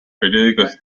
periódicos